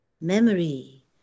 Memory